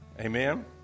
Amen